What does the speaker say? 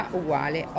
uguale